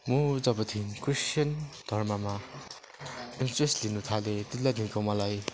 म जबदेखि क्रिस्चियन धर्ममा एन्सियस लिनु थालेँ त्यति बेलादेखिको मलाई